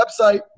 website